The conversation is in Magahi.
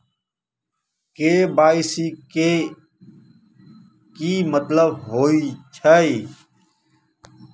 के.वाई.सी के कि मतलब होइछइ?